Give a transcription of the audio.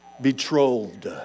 betrothed